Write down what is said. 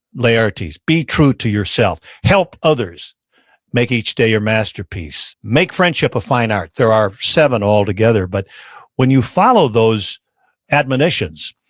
laertes. be true to yourself. help others make each day your masterpiece. make friendship a fine art. there are seven altogether, but when you follow those admonitions,